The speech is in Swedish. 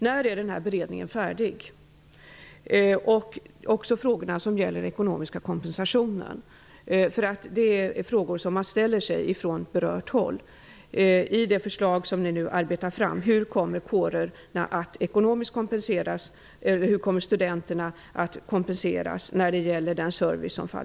När är beredningen av ärendet färdig, och vad innebär förslaget vad gäller den ekonomiska kompensationen till studenterna för den kårservice som faller bort? Det är frågor som man ställer sig på berört håll.